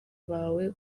bawe